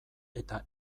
eta